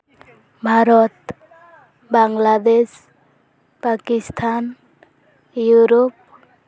Bharat Bangladesh Pakistan Europe